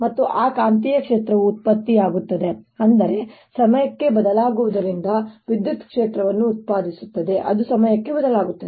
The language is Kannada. ಮತ್ತು ಆ ಕಾಂತೀಯ ಕ್ಷೇತ್ರವು ಉತ್ಪತ್ತಿಯಾಗುತ್ತದೆ ಅಂದರೆ ಸಮಯಕ್ಕೆ ಬದಲಾಗುವುದರಿಂದ ವಿದ್ಯುತ್ ಕ್ಷೇತ್ರವನ್ನು ಉತ್ಪಾದಿಸುತ್ತದೆ ಅದು ಸಮಯಕ್ಕೆ ಬದಲಾಗುತ್ತಿದೆ